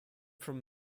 from